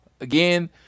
again